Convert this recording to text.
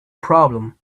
problem